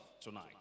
tonight